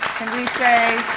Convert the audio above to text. can we say